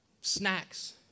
snacks